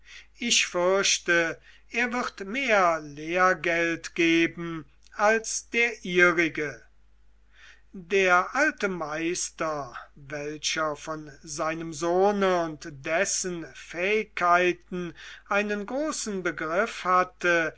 ich fürchte er wird mehr lehrgeld geben als der ihrige der alte meister welcher von seinem sohne und dessen fähigkeiten einen großen begriff hatte